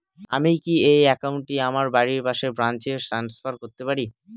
আমি কি এই একাউন্ট টি আমার বাড়ির পাশের ব্রাঞ্চে ট্রান্সফার করতে পারি?